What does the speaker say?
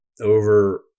over